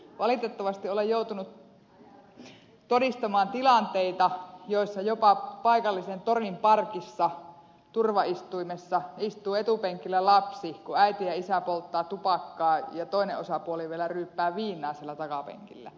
valitettavasti olen joutunut todistamaan tilanteita joissa jopa paikallisen torin parkissa turvaistuimessa istuu etupenkillä lapsi kun äiti ja isä polttavat tupakkaa ja toinen osapuoli vielä ryyppää viinaa siellä takapenkillä